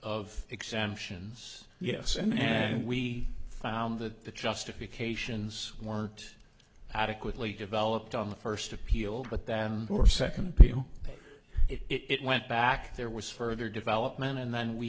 of exemptions yes and we found that the justifications weren't adequately developed on the first appeal but than for second people it went back there was further development and then we